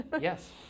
yes